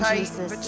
Jesus